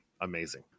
amazing